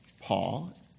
Paul